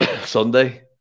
Sunday